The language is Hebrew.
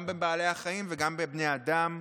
גם בבעלי החיים וגם בבני האדם.